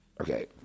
Okay